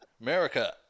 America